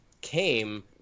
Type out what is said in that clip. came